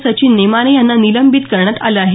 सचिन नेमाने यांना निलंबित करण्यात आलं आहे